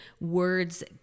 Words